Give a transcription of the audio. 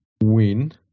win